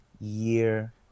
year